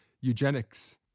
eugenics